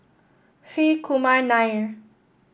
Hri Kumar Nair